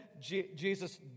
Jesus